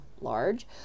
large